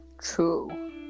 true